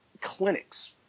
clinics